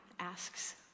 asks